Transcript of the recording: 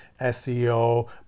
SEO